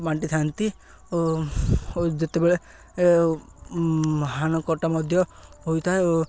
ବାଣ୍ଟିଥାନ୍ତି ଓ ଓ ଯେତେବେଳେ ହାଣା କଟା ମଧ୍ୟ ହୋଇଥାଏ ଓ